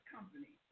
Company